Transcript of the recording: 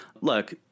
Look